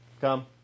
Come